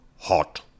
hot